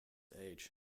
age